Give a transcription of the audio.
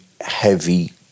heavy